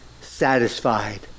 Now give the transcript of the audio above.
satisfied